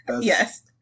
Yes